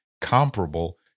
comparable